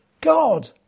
God